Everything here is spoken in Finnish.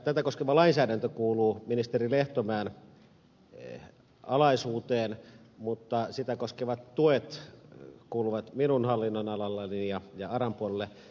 tätä koskeva lainsäädäntö kuuluu ministeri lehtomäen alaisuuteen mutta sitä koskevat tuet kuuluvat minun hallinnonalalleni ja aran puolelle